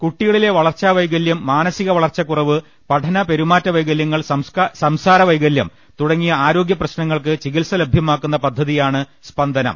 കുട്ടിക ളിലെ വളർച്ചാ വൈകല്യം മാനസിക ്വളർച്ചക്കുറവ് പഠന പെരു മാറ്റ വൈകല്യങ്ങൾ സംസാര വൈകല്യം തുടങ്ങിയ ആരോഗ്യപ്ര ശ്നങ്ങൾക്ക് ചികിത്സ ലഭ്യമാക്കുന്ന പദ്ധതിയാണ് സ്പന്ദനം